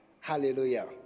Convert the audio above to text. Hallelujah